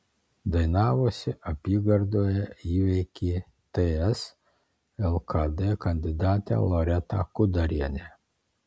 dainavosi apygardoje įveikė ts lkd kandidatę loretą kudarienę